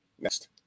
Next